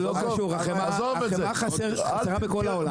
זה לא קשור, החמאה חסרה בכל העולם.